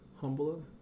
humble